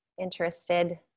interested